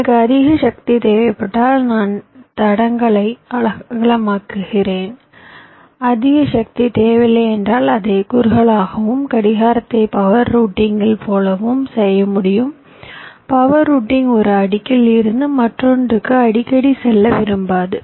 எனக்கு அதிக சக்தி தேவைப்பட்டால் நான் தடங்களை அகலமாக்குகிறேன் அதிக சக்தி தேவையில்லை என்றால் அதை குறுகலாகவும் கடிகாரத்தைப் பவர் ரூட்டிங்கில் போலவும் செய்ய முடியும் பவர் ரூட்டிங் ஒரு அடுக்கில் இருந்து மற்றொன்றுக்கு அடிக்கடி செல்ல விரும்பாது